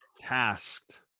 tasked